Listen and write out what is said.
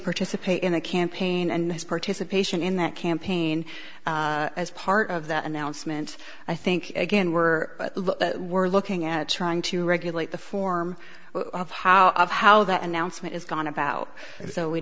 participate in the campaign and his participation in that campaign as part of that announcement i think again we're we're looking at trying to regulate the form of how of how that announcement is gone about and so we